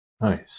Nice